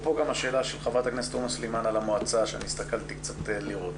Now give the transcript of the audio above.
אפרופו גם השאלה של ח"כ תומא סלימאן על המועצה שהסתכלתי קצת לראות.